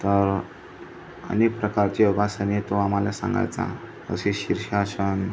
तर अनेक प्रकारची योगासने तो आम्हाला सांगायचा जसे शीर्षासन